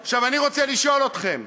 עכשיו, אני רוצה לשאול אתכם.